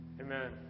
Amen